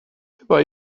chyba